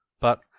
But